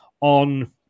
on